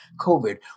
COVID